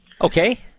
okay